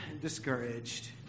discouraged